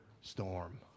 storm